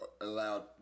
allowed